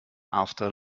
after